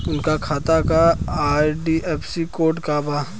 उनका खाता का आई.एफ.एस.सी कोड का बा?